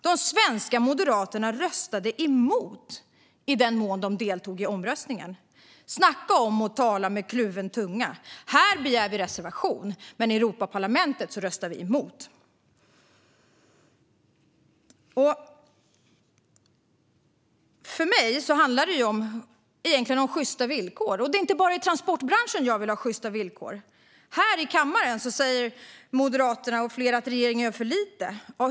De svenska moderaterna röstade emot, i den mån de deltog i omröstningen. Snacka om att tala med kluven tunga! Här begär Moderaterna reservation, men i Europaparlamentet röstar de emot. För mig handlar det egentligen om sjysta villkor. Och det är inte bara i transportbranschen jag vill ha sjysta villkor. Här i kammaren säger Moderaterna och andra att regeringen gör för lite.